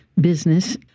business